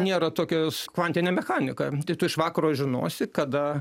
nėra tokios kvantinė mechanika tai tu iš vakaro žinosi kada